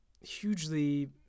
hugely